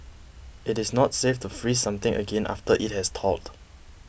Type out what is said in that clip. it is not safe to freeze something again after it has thawed